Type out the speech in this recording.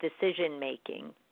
decision-making